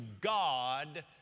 God